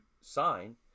sign